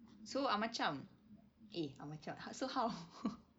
so amacam eh amacam ho~ so how